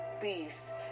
peace